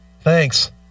Thanks